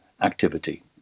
activity